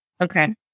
Okay